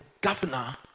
governor